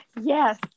Yes